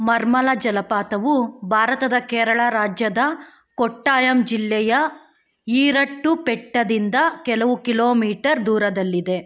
ಮರ್ಮಲಾ ಜಲಪಾತವು ಬಾರತದ ಕೇರಳ ರಾಜ್ಯದ ಕೊಟ್ಟಾಯಂ ಜಿಲ್ಲೆಯ ಈರಟ್ಟು ಪೆಟ್ಟದಿಂದ ಕೆಲವು ಕಿಲೋಮೀಟರ್ ದೂರದಲ್ಲಿದೆ